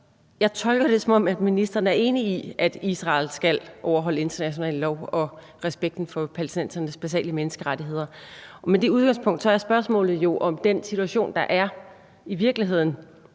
Jeg tolker det, som om ministeren er enig i, at Israel skal overholde international lov og respekten for palæstinensernes basale menneskerettigheder, og med det udgangspunkt er spørgsmålet jo, om den situation, der er i virkeligheden